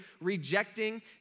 rejecting